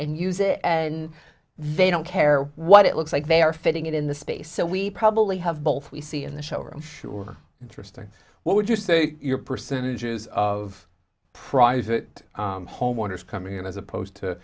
and use it and they don't care what it looks like they are fitting it in the space so we probably have both we see in the show or i'm sure interesting what would you say your percentages of private homeowners coming in as opposed to